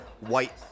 white